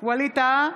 ווליד טאהא,